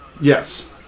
Yes